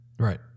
Right